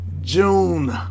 June